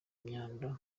myanda